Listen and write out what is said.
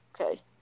okay